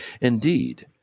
Indeed